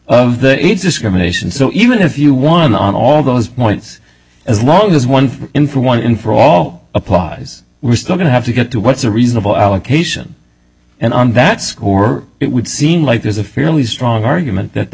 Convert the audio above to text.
of the aids discrimination so even if you won on all those points as long as one in for one for all applies we're still going to have to get to what's a reasonable allocation and on that score it would seem like there's a fairly strong argument that the